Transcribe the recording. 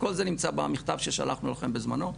כל זה נמצא במכתב ששלחנו לכם בזמנו.